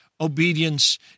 obedience